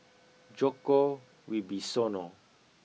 Djoko Wibisono